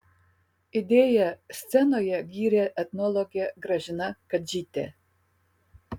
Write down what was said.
idėją scenoje gyrė etnologė gražina kadžytė